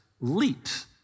leaps